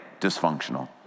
dysfunctional